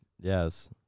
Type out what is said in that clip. Yes